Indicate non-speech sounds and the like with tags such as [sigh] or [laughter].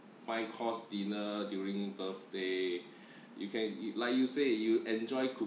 five-course dinner during birthday [breath] you can eat like you say you enjoy